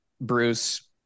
Bruce